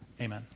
amen